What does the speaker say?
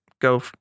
go